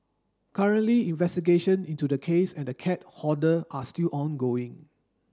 currently investigation into the case and the cat hoarder are still ongoing